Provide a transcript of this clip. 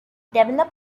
develop